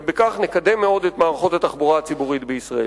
ובכך נקדם מאוד את מערכות התחבורה הציבורית בישראל.